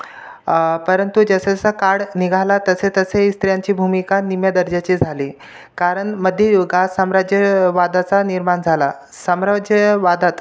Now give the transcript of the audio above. परंतु जसजसा काळ निघाला तसेतसे इस्त्र्यांची भूमिका निम्न दर्जाची झाली कारण मध्ययुगात साम्राज्यवादाचा निर्माण झाला साम्राज्यवादात